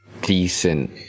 decent